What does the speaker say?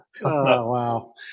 wow